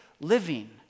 living